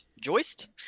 Joist